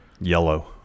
Yellow